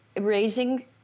raising